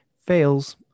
fails